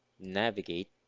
navigate